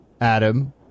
Adam